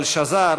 אבל שזר